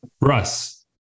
Russ